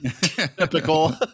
Typical